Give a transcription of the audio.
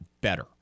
better